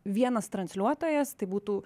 vienas transliuotojas tai būtų